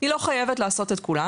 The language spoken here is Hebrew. היא לא חייבת לעשות את כולם,